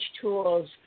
tools